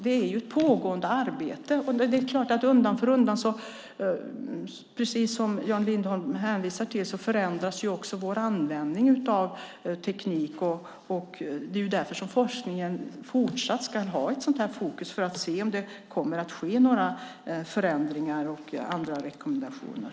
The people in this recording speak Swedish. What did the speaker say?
Det är ju ett pågående arbete. Det är klart att undan för undan, precis som Jan Lindholm hänvisar till, förändras också vår användning av teknik. Det är därför forskningen fortsatt ska ha ett sådant här fokus för att se om det kommer att ske några förändringar och andra rekommendationer.